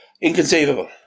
inconceivable